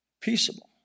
Peaceable